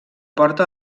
porta